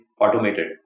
automated